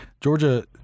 Georgia